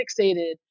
fixated